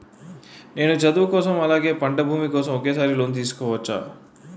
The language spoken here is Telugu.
నేను చదువు కోసం అలాగే పంట భూమి కోసం ఒకేసారి లోన్ తీసుకోవచ్చా?